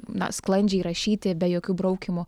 na sklandžiai rašyti be jokių braukymų